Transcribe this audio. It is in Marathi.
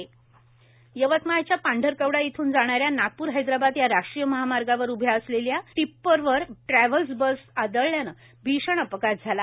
अपघात यवतमाळच्या पांढरकवडा येथून जाणाऱ्या नागपूर हैद्राबाद या राष्ट्रीय महामार्गावर उभ्या असलेल्या टिप्परवर ट्रॅव्हल्स बस आदळल्यान भीषण अपघात झाला